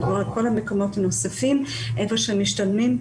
ובכל המקומות הנוספים היכן שמשתלמים.